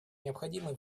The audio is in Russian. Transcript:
необходимой